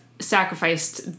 sacrificed